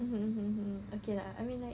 mm mm mm okay ah I mean like